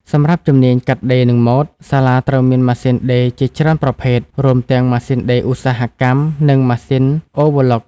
សម្រាប់ជំនាញ កាត់ដេរនិងម៉ូដ សាលាត្រូវមានម៉ាស៊ីនដេរជាច្រើនប្រភេទ រួមទាំងម៉ាស៊ីនដេរឧស្សាហកម្មនិងម៉ាស៊ីនអូវើឡុក។